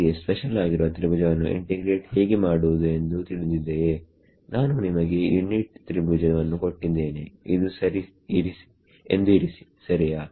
ನಮಗೆ ಸ್ಪೆಷಲ್ ಆಗಿರುವ ತ್ರಿಭುಜ ವನ್ನು ಇಂಟಿಗ್ರೇಟ್ ಹೇಗೆ ಮಾಡುವುದು ಎಂದು ತಿಳಿದಿದೆಯೇನಾನು ನಿಮಗೆ ಯುನಿಟ್ ತ್ರಿಭುಜ ವನ್ನು ಕೊಟ್ಟಿದ್ದೇನೆ ಎಂದು ಇರಿಸಿ ಸರಿಯಾ